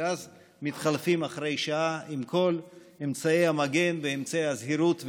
ואז מתחלפים אחרי שעה עם כל אמצעי המגן ואמצעי הזהירות.